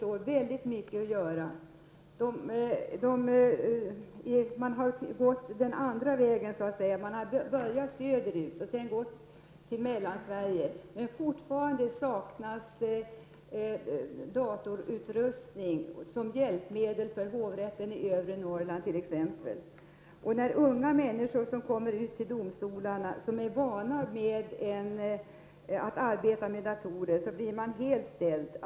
När det gäller dessa har man så att säga börjat andra vägen, dvs. man har börjat söderöver och sedan kommit till Mellansverige. Det saknas t.ex. fortfarande datorutrustning som hjälpmedel för hovrätten i Övre Norrland. När unga människor som är vana vid att arbeta med datorer kommer till domstolarna blir de helt ställda.